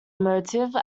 motive